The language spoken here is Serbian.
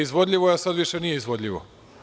Izvodljivo je, a sada više nije izvodljivo.